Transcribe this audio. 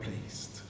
pleased